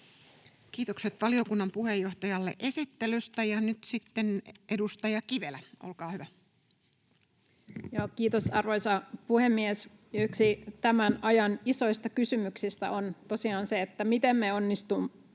Kiitokset valiokunnan puheenjohtajalle esittelystä. — Ja nyt sitten edustaja Kivelä, olkaa hyvä. Kiitos, arvoisa puhemies! Yksi tämän ajan isoista kysymyksistä on tosiaan se, miten me onnistumme